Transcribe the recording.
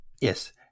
Yes